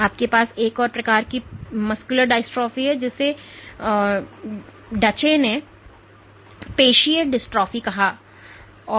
आपके पास एक और प्रकार की पेशी डिस्ट्रोफी है जिसे डचेने पेशी डिस्ट्रोफी कहा जाता है जहां संपूर्ण